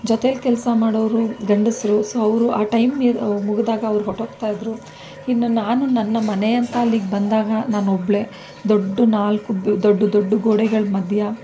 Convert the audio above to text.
ಜೊತೆಲಿ ಕೆಲಸ ಮಾಡೋರು ಗಂಡಸರು ಸೊ ಅವರು ಆ ಟೈಮ್ ಮೀರಿ ಮುಗಿದಾಗ ಅವ್ರು ಹೊರ್ಟೋಗ್ತಾ ಇದ್ದರು ಇನ್ನೂ ನಾನು ನನ್ನ ಮನೆ ಅಂತ ಅಲ್ಲಿಗೆ ಬಂದಾಗ ನಾನೊಬ್ಬಳೆ ದೊಡ್ಡ ನಾಲ್ಕು ದೊಡ್ಡ ದೊಡ್ಡ ಗೋಡೆಗಳ ಮಧ್ಯೆ